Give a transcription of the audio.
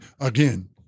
again